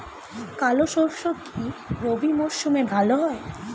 কালো সরষে কি রবি মরশুমে ভালো হয়?